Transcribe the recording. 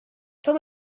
tell